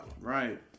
Right